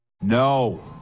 no